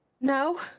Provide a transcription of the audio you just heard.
No